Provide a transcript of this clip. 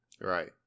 Right